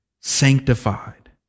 sanctified